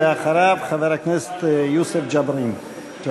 ואחריו, חבר הכנסת יוסף ג'בארין.